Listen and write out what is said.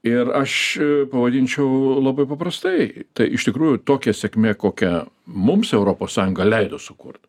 ir aš pavadinčiau labai paprastai tai iš tikrųjų tokia sėkmė kokia mums europos sąjunga leido sukurt